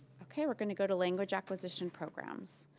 okay we're gonna go to language acquisition programs.